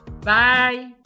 Bye